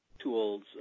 tools